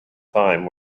time